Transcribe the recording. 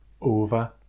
Over